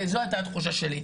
זאת הייתה התחושה שלי.